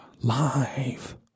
Live